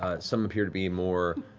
ah some appear to be more